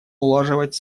улаживать